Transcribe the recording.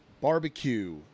Barbecue